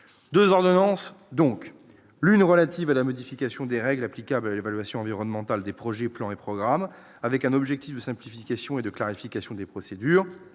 2 ordonnances donc l'une relative à la modification des règles applicables à l'évaluation environnementale des projets plans et programmes avec un objectif de simplification et de clarification des procédures,